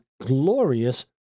glorious